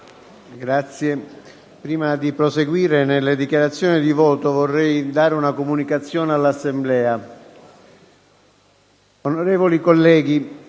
Prima di proseguire nelle dichiarazioni di voto, vorrei dare una comunicazione all'Assemblea.